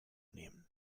nehmen